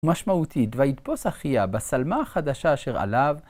משמעותית ויתפוס אחיה בשלמה החדשה אשר עליו.